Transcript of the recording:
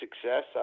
success